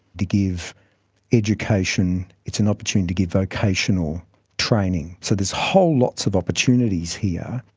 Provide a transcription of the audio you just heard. to give education, it's an opportunity to give vocational training. so there's whole lots of opportunities here.